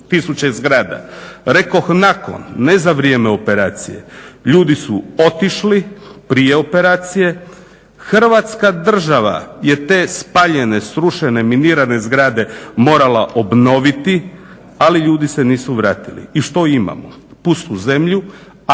Rekoh nakon, ne za vrijeme operacije, ljudi su otišli prije operacije. Hrvatska država je te spaljene, srušene, minirane zgrade morala obnoviti ali ljudi se nisu vratili i što imamo, pustu zemlju a evo